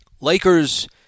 Lakers